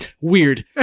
weird